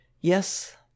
YES